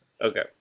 Okay